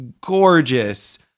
gorgeous